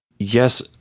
Yes